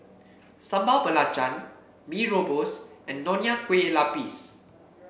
Sambal Belacan Mee Rebus and Nonya Kueh Lapis